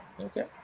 okay